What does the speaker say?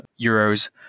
euros